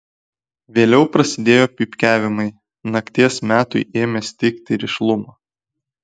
vėliau prasidėjo pypkiavimai nakties metui ėmė stigti rišlumo